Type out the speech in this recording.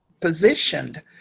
positioned